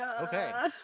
Okay